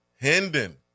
Hendon